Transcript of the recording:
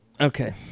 Okay